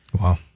Wow